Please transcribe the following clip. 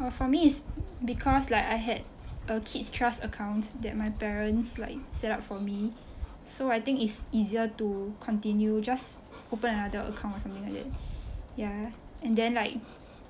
uh for me it's because like I had a kid's trust account that my parents like set up for me so I think it's easier to continue just open another account or something like that ya and then like